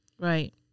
Right